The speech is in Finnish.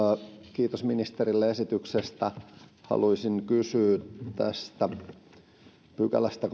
kiitos ministerille esityksestä haluaisin kysyä tästä kahdennestakymmenennestäkolmannesta pykälästä